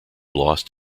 lost